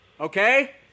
okay